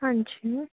ਹਾਂਜੀ